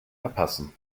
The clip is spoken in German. abpassen